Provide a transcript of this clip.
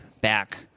back